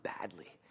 badly